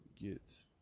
get